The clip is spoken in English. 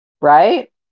Right